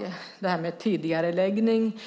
När det gäller tidigareläggning